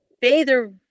Bather